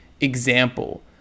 example